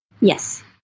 Yes